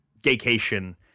Gaycation